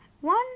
One